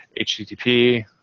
HTTP